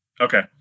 Okay